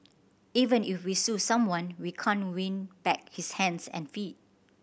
even if we sue someone we can't win back his hands and feet